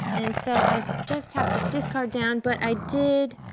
and so i just have to discard down, but i did,